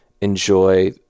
enjoy